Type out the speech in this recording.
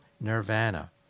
nirvana